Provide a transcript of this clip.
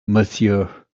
monsieur